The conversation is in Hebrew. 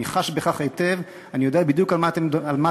אני חש בכך היטב ואני יודע בדיוק על מה אתם מדברים,